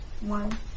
one